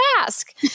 ask